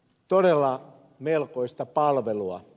todella melkoista palvelua